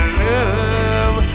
love